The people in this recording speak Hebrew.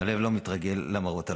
הלב לא מתרגל למראות הללו.